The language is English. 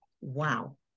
Wow